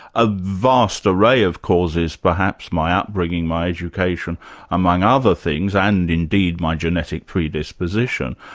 a vast array of causes perhaps, my upbringing, my education among other things, and indeed my genetic predisposition.